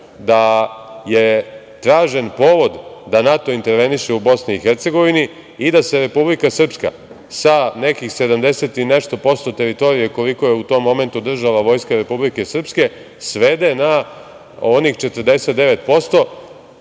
da je tražen povod da NATO interveniše u BiH i da se Republika Srpska sa nekih 70 i nešto posto teritorije, koliko je u tom momentu držala vojska Republike Srpske svede na onih 49%